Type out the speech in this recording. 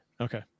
Okay